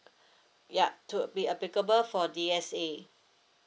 ya to be applicable for D_S_A